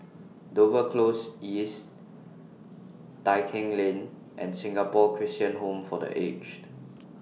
Dover Close East Tai Keng Lane and Singapore Christian Home For The Aged